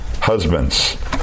husbands